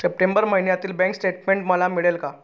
September महिन्यातील bank statement मला मिळेल का?